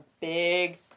big